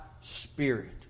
spirit